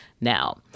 now